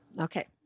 Okay